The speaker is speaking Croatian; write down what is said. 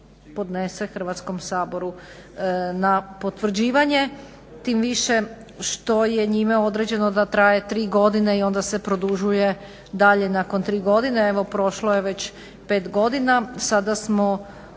Hrvatskom saboru na potvrđivanje, tim više što je njime određeno da traje tri godine i onda se produžuje dalje nakon tri godine. Evo prošlo je već pet godina,